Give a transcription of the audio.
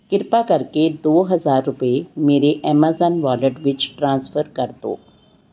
ਕਿਰਪਾ ਕਰਕੇ ਦੋ ਹਜ਼ਾਰ ਰੁਪਏ ਮੇਰੇ ਐਮਾਜ਼ਾਨ ਵਾਲੇਟ ਵਿੱਚ ਟ੍ਰਾਂਸਫਰ ਕਰ ਦਿਉ